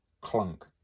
clunk